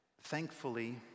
Thankfully